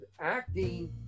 acting